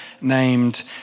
named